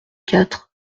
quatre